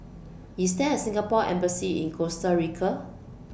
IS There A Singapore Embassy in Costa Rica